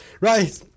right